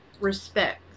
respect